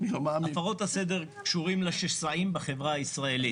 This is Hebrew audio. הפרות הסדר קשורות לשסעים בחברה הישראלית.